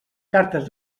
cartes